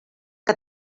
que